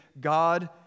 God